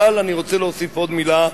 אבל אני רוצה להוסיף עוד מלה,